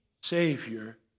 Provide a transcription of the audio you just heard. Savior